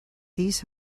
these